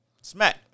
Smack